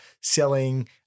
selling